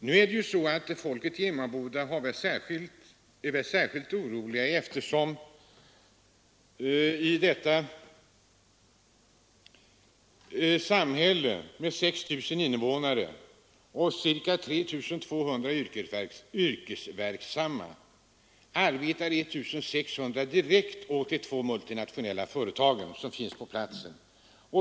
Nu är det så att man i Emmaboda är särskilt orolig, eftersom i detta samhälle, som har 6 000 invånare och cirka 3 200 yrkesverksamma, 1600 arbetar direkt åt de två multinationella företagen på platsen.